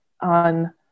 on